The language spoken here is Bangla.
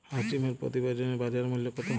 হাঁস ডিমের প্রতি ডজনে বাজার মূল্য কত?